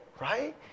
Right